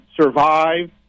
survive